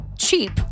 cheap